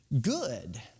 good